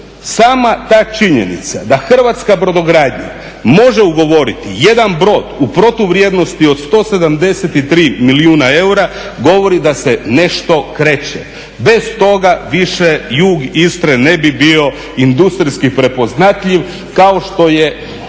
Sama ta činjenica da Hrvatska brodogradnja može ugovoriti jedan brod u protuvrijednosti od 173 milijuna eura, govori da se nešto kreće. Bez toga više jug Istre ne bi bio industrijski prepoznatljiv kao što je